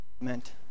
meant